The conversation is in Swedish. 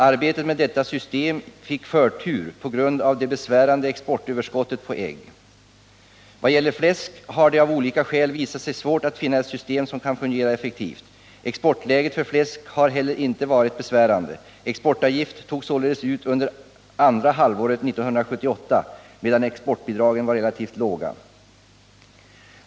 Arbetet med detta system fick förtur på grund av det besvärande exportöverskottet på ägg. I vad gäller fläsk har det av olika skäl visat sig svårt att finna ett system som kan fungera effektivt. Exportläget för fläsk har inte heller varit besvärande. Exportavgift togs således ut under andra halvåret 1978 medan exportbidragen var relativt låga.